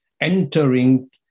entering